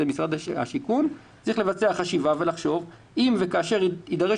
זה משרד הבינוי והשיכון צריך לבצע חשיבה ולחשוב אם וכאשר יידרש